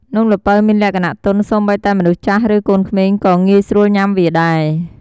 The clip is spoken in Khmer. នំល្ពៅមានលក្ខណៈទន់ សូម្បីតែមនុស្សចាស់ ឬ កូនក្មេងក៏ងាយស្រួលញុំាវាដែរ។